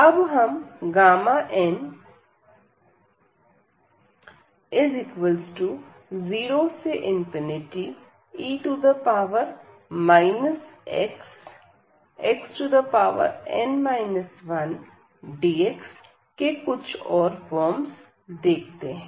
अब हम n0e xxn 1dx के कुछ और फॉर्म्स देखते हैं